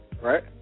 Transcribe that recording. right